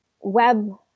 web